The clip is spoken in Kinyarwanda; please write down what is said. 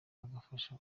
agafasha